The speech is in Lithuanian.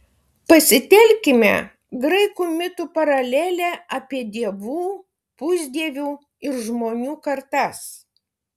pasitelkime graikų mitų paralelę apie dievų pusdievių ir žmonių kartas